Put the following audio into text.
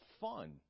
fun